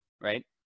right